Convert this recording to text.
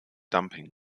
dumping